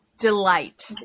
delight